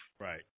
Right